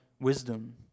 wisdom